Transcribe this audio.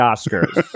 Oscars